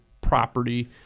property